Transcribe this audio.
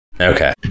okay